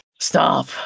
stop